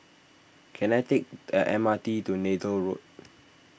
can I take the M R T to Neythal Road